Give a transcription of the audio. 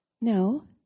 No